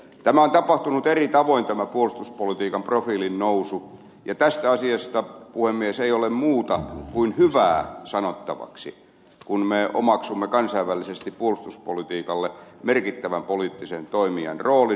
tämä puolustuspolitiikan profiilin nousu on tapahtunut eri tavoin ja tästä asiasta puhemies ei ole muuta kuin hyvää sanottavaksi kun me omaksumme kansainvälisesti puolustuspolitiikalle merkittävän poliittisen toimijan roolin